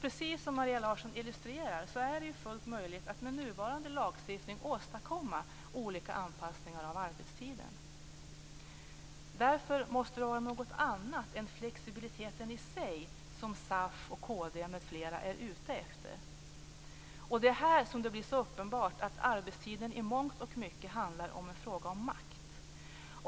Precis som Maria Larsson illustrerar är det fullt möjligt att med nuvarande lagstiftning åstadkomma olika anpassningar av arbetstiden. Därför måste det vara något annat än flexibiliteten i sig som SAF, kd m.fl. är ute efter. Och det är här som det blir så uppenbart att arbetstiden i mångt och mycket är en fråga om makt.